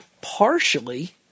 partially